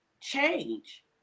Change